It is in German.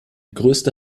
größte